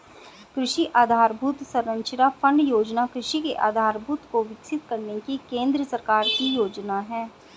कृषि आधरभूत संरचना फण्ड योजना कृषि के आधारभूत को विकसित करने की केंद्र सरकार की योजना है